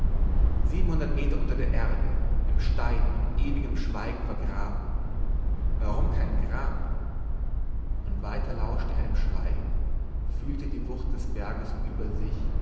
siebenhundert meter unter der erde im stein und ewigen schweigen vergraben warum kein grab und weiter lauschte er dem schweigen fühlte die wucht des berges über sich